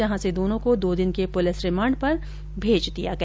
जहां से दोनों को दो दिन के पुलिस रिमांड पर भेज दिया गया